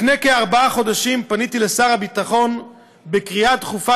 לפני כארבעה חודשים פניתי לשר הביטחון בקריאה דחופה